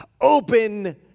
open